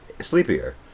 sleepier